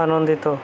ଆନନ୍ଦିତ